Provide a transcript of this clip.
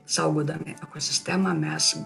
saugodami ekosistemą mes